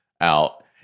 out